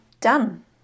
Done